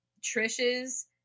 Trish's